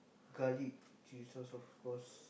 garlic chili sauce of course